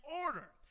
order